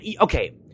okay